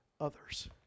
others